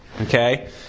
Okay